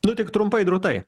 nu tik trumpai drūtai